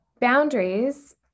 boundaries